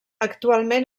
actualment